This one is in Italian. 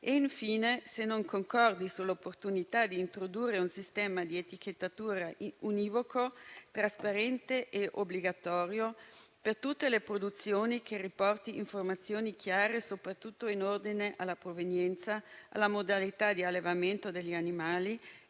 le chiedo se non concordi sull'opportunità di introdurre un sistema di etichettatura univoco, trasparente e obbligatorio per tutte le produzioni, che riporti informazioni chiare e soprattutto in ordine alla provenienza, alla modalità di allevamento degli animali